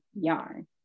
yarn